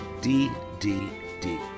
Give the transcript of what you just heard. ddd